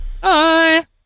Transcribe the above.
Bye